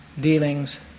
dealings